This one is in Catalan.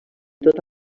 tot